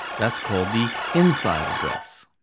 that's called the inside address.